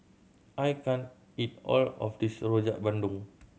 I can't eat all of this Rojak Bandung